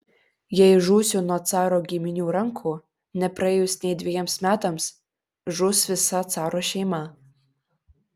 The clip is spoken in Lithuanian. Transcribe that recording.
jei žūsiu nuo caro giminių rankų nepraėjus nei dvejiems metams žus visa caro šeima